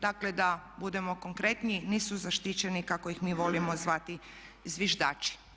Dakle da budemo konkretniji nisu zaštićeni kako ih mi volimo zvati zviždači.